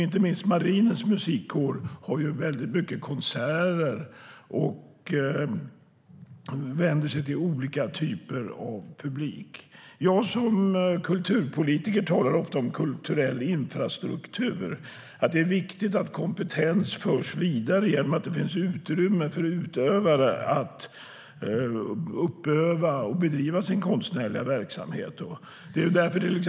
Inte minst Marinens Musikkår har många konserter och vänder sig till olika typer av publik. Jag som kulturpolitiker talar ofta om kulturell infrastruktur. Det är viktigt att kompetens förs vidare genom att det finns utrymme för utövare att uppöva och bedriva sin konstnärliga verksamhet.